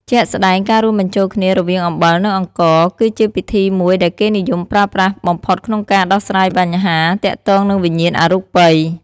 ជាក់ស្តែង ការរួមបញ្ចូលគ្នារវាង អំបិល និងអង្ករ គឺជាពិធីមួយដែលគេនិយមប្រើប្រាស់បំផុតក្នុងការដោះស្រាយបញ្ហាទាក់ទងនឹងវិញ្ញាណអរូបិយ។